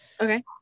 Okay